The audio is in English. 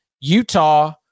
Utah